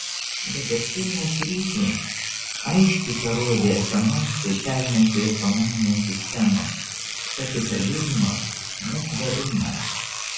dabartinė krizė aiškiai parodė esamos socialinės ir ekonominės sistemos kapitalizmo netvarumą